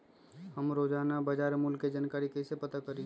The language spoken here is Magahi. हम रोजाना बाजार मूल्य के जानकारी कईसे पता करी?